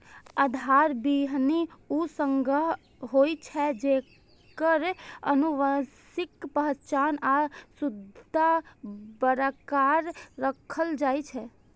आधार बीहनि ऊ संग्रह होइ छै, जेकर आनुवंशिक पहचान आ शुद्धता बरकरार राखल जाइ छै